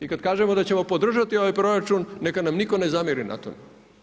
I kad kažemo da ćemo podržati ovaj proračun, neka nam nitko ne zamjeri na tome.